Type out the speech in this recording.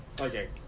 Okay